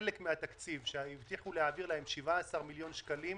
חלק מהתקציב שהבטיחו להעביר להם, 17 מיליון שקלים,